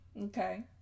Okay